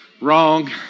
Wrong